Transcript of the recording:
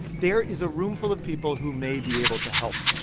there is a roomful of people who may be able to help,